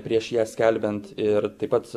prieš ją skelbiant ir taip pat